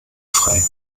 frei